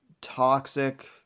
toxic